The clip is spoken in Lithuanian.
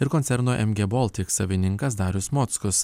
ir koncerno mg baltic savininkas darius mockus